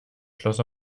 schloss